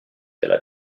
della